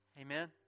Amen